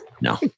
no